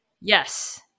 yes